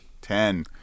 Ten